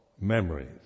memories